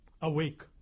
Awake